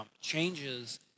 Changes